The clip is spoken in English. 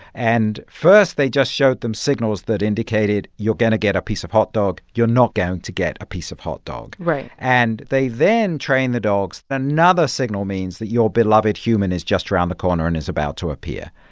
and first, they just showed them signals that indicated, you're going to get a piece of hot dog. you're not going to get a piece of hot dog right and they then train the dogs another signal means that your beloved human is just around the corner and is about to appear.